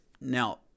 Now